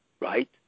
right